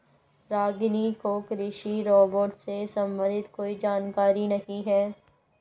रागिनी को कृषि रोबोट से संबंधित कोई जानकारी नहीं है